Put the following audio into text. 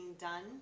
done